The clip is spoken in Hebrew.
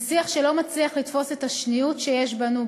זה שיח שלא מצליח לתפוס את השניוּת שיש בנו,